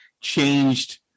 changed